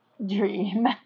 dream